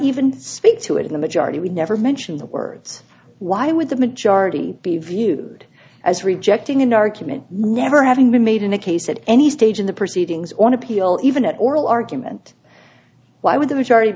even speak to it in the majority we never mention the words why would the majority be viewed as rejecting an argument never having been made in the case at any stage in the proceedings or an appeal even an oral argument why would the majority